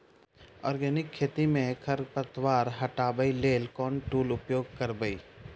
Organic खेती मे खरपतवार हटाबै लेल केँ टूल उपयोग करबै?